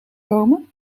komen